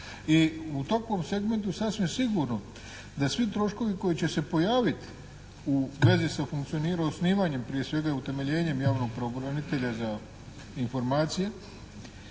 I u takvom segmentu sasvim sigurno je da svi troškovi koji će se pojaviti u vezi s funkcioniranjem, osnivanje prije svega i utemeljenjem javnog pravobranitelja za informacije,